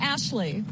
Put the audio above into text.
Ashley